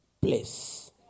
place